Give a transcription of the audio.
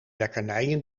lekkernijen